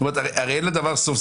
הרי אין לדבר סוף.